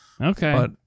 Okay